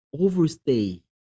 overstay